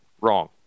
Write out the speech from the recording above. wrong